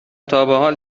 تابحال